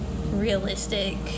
realistic